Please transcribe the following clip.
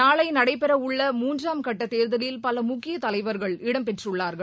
நாளை நடைபெறவுள்ள மூன்றாம் கட்ட தேர்தலில் பல முக்கிய தலைவர்கள் இடம்பெற்றுள்ளார்கள்